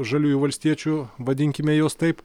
žaliųjų valstiečių vadinkime juos taip